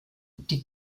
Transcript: die